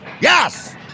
Yes